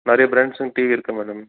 நிறைய பிராண்ட்ஸுங்க டிவி இருக்குது மேடம்